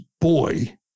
boy